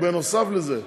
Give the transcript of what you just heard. בנוסף לזה,